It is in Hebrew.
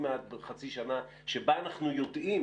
שבה אנחנו יודעים